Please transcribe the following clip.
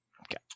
Okay